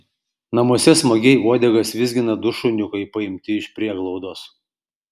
namuose smagiai uodegas vizgina du šuniukai paimti iš prieglaudos